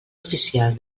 oficial